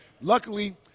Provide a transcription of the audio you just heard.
Luckily